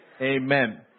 Amen